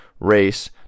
race